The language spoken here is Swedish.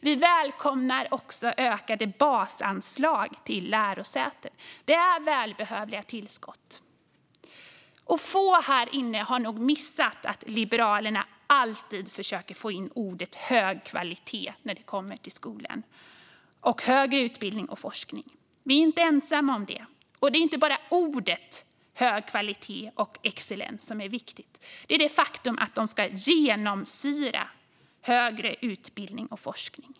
Vi välkomnar också ökade basanslag till lärosätena. Det är välbehövliga tillskott. För det första har nog få här inne missat att Liberalerna alltid försöker få in orden "hög kvalitet" när det kommer till skolan och till högre utbildning och forskning. Vi är inte ensamma om det. Men det är inte bara orden "hög kvalitet" och "excellens" som är viktiga, utan också det faktum att de ska genomsyra högre utbildning och forskning.